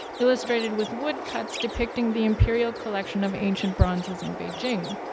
illustrated with wood cuts depicting the imperial collection of ancient bronzes in beijing.